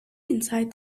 inside